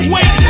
Wait